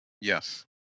yes